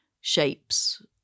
shapes